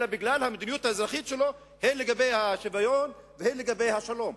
אלא בגלל המדיניות האזרחית שלו לגבי השוויון ולגבי השלום.